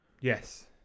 Yes